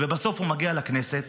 ובסוף הוא מגיע לכנסת,